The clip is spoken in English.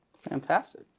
Fantastic